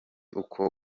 uko